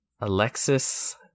Alexis